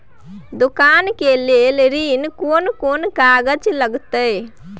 दुकान के लेल ऋण कोन कौन कागज लगतै?